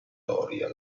doria